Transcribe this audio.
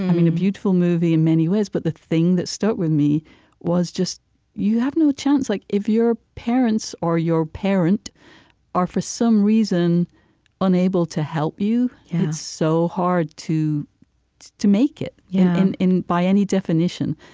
beautiful movie in many ways. but the thing that stuck with me was just you have no chance. like if your parents or your parent are for some reason unable to help you, it's so hard to to make it, yeah and in by any definition.